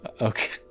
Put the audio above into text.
okay